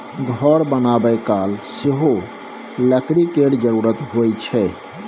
घर बनाबय काल सेहो लकड़ी केर जरुरत होइ छै